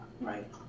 right